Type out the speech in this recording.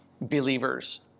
believers